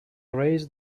raised